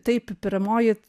taip pirmoji